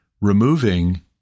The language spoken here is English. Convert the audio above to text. removing